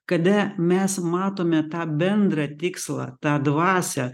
kada mes matome tą bendrą tikslą tą dvasią